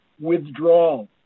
withdrawal